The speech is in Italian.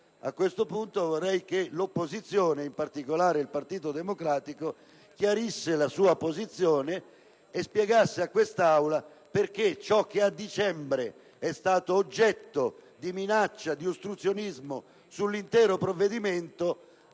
A questo punto vorrei che l'opposizione, in particolare il Partito Democratico, chiarisse la sua posizione e spiegasse a quest'Aula perché ciò che a dicembre è stato oggetto di minaccia di ostruzionismo sull'intero provvedimento